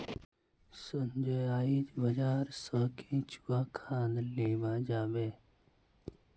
संजय आइज बाजार स केंचुआ खाद लीबा जाबे